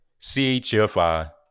CHFI